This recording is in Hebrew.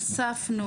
הוספנו